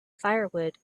firewood